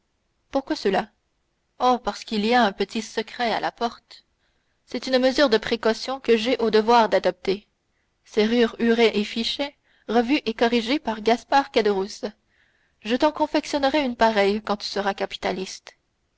pourquoi cela oh parce qu'il y a un petit secret à la porte c'est une mesure de précaution que j'ai cru devoir adopter serrure huret et fichet revue et corrigée par gaspard caderousse je t'en confectionnerai une pareille quand tu seras capitaliste